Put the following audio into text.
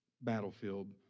battlefield